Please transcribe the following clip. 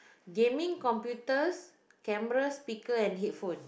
gaming computers cameras speaker and headphone